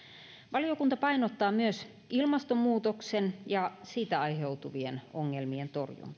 valiokunta painottaa myös ilmastonmuutoksen ja siitä aiheutuvien ongelmien torjuntaa